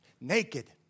Naked